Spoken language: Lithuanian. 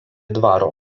dvaro